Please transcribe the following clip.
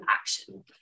action